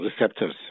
receptors